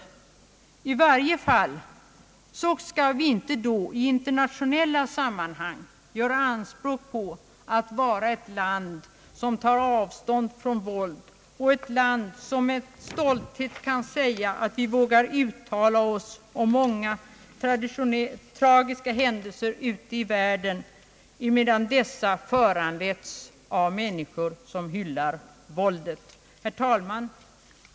I varje fall skall vi inte då i internationella sammanhang göra anspråk på att vara ett land som tar avstånd från våld, ett land som med stolthet kan säga att det vågar uttala sig om många tragiska händelser ute i världen emedan dessa föranletts av människor som hyllar våldet. Herr talman!